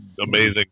amazing